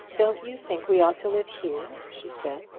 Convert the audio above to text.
don't you think we ought to live here? she said.